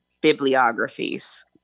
bibliographies